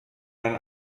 dann